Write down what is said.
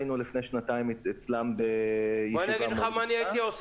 היינו לפני שנתיים אצלם בישיבה והצגנו להם.